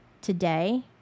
today